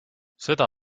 seda